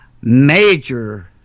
major